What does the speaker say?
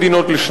על